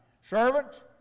Servants